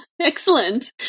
Excellent